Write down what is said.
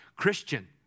Christian